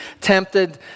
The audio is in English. tempted